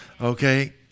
Okay